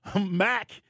Mac